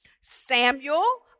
Samuel